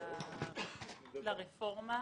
לרפורמה,